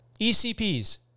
ECPs